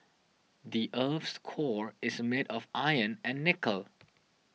the earth's core is made of iron and nickel